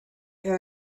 had